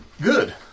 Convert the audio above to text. Good